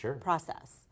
process